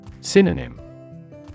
Synonym